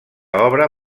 obra